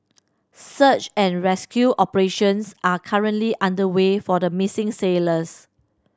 search and rescue operations are currently underway for the missing sailors